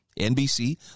NBC